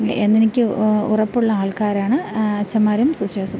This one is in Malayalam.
എന്ന് എനിക്ക് ഉറപ്പുള്ള ആൾക്കാരാണ് അച്ഛൻമാരും സിസ്റ്റേഴ്സും